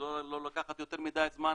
כדי לא לקחת יותר מדי זמן,